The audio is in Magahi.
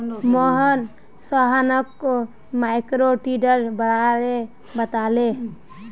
मोहन सोहानोक माइक्रोक्रेडिटेर बारे बताले